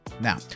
Now